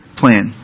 plan